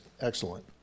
excellent